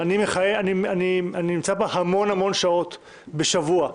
אני נמצא בה המון המון שעות בשבוע.